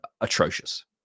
atrocious